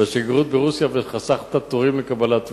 בשגרירות ברוסיה וזה חסך את התורים לקבלת ויזה.